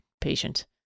Patient